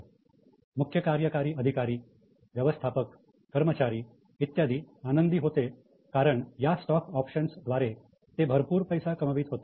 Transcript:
म्हणून मुख्य कार्यकारी अधिकारी व्यवस्थापक कर्मचारी इत्यादी आनंदी होते कारण या स्टॉक ऑप्शन्स द्वारे ते भरपूर पैसा कमवीत होते